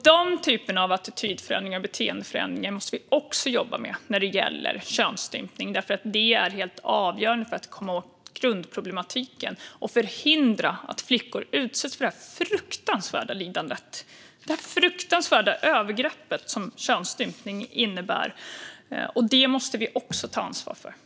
Den typen av attitydförändringar och beteendeförändringar måste vi också jobba med när det gäller könsstympning, för det är helt avgörande för att komma åt grundproblematiken och förhindra att flickor utsätts för det här fruktansvärda lidandet och det fruktansvärda övergrepp som könsstympning innebär. Det måste vi ta ansvar för.